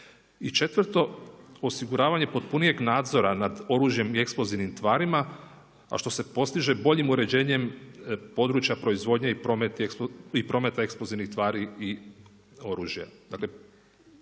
četvrto, osiguranje potpunijeg nadzora nad oružjem i eksplozivnim tvarima a što se postiže boljim uređenjem područja proizvodnje i prometa eksplozivnih tvari i oružja.